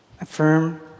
affirm